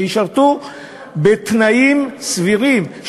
שישרתו בתנאים סבירים.